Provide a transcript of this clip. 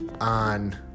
on